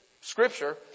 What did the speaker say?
scripture